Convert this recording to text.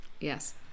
Yes